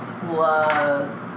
plus